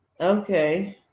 Okay